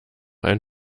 ein